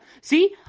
See